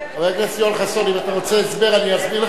אין לי מה לקרוא לך.